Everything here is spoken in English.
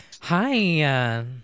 Hi